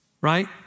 right